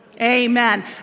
amen